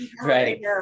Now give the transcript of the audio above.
Right